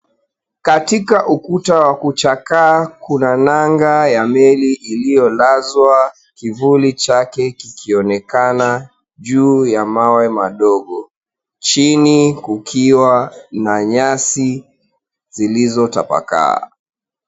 Katika ukuta wa kuchakaa kuna nanga ya meli iliolazwa, kivuli chake kikionekana juu ya mawe madogo, chini kukiwa na nyasi zilizotapakaa.